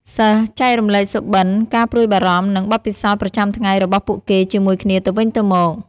សិស្សចែករំលែកសុបិន្ត ការព្រួយបារម្ភ និងបទពិសោធន៍ប្រចាំថ្ងៃរបស់ពួកគេជាមួយគ្នាទៅវិញទៅមក។